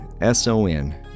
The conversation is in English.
S-O-N